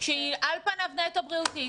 שהיא על פניו נטו בריאותית,